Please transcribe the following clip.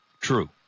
True